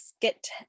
get